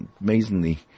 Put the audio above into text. amazingly